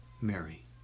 Mary